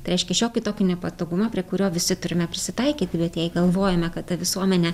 tai reiškia šiokį tokį nepatogumą prie kurio visi turime prisitaikyti bet jei galvojame kad ta visuomenė